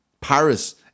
paris